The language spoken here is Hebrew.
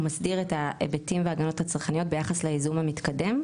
הוא מסדיר את ההיבטים וההגנות הצרכניות ביחס לייזום המתקדם,